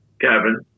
Kevin